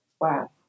Wow